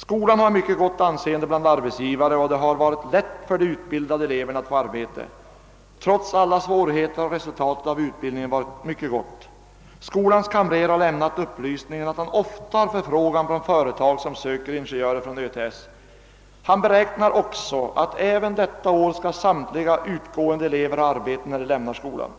Skolan har mycket gott anseende bland arbetsgivare, och det har varit mycket lätt för de utbildade eleverna att få arbete. Trots alla svårigheter har resultatet av utbildningen varit mycket gott. Skolans kamrer lämnar den upplysningen att han ofta får förfrågningar från företag, som söker ingenjörer från ÖTS. Han beräknar att även detta år samtliga elever skall ha arbete när de lämnar skolan.